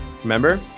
remember